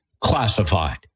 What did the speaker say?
classified